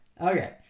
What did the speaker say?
Okay